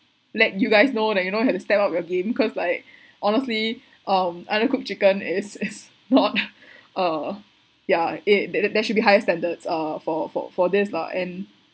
let you guys know that you know have to step up again cause like honestly um undercooked chicken is is not uh ya it that that that should be higher standard uh for for for this lah and